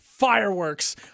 Fireworks